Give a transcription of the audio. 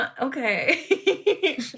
okay